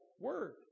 word